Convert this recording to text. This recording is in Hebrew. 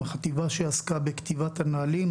החטיבה שעסקה בכתיבת הנהלים.